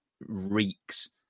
reeks